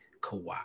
Kawhi